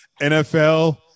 NFL